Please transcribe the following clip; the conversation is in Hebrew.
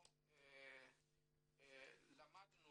אנחנו למדנו